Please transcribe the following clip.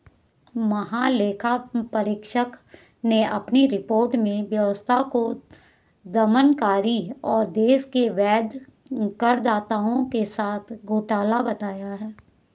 महालेखा परीक्षक ने अपनी रिपोर्ट में व्यवस्था को दमनकारी और देश के वैध करदाताओं के साथ घोटाला बताया है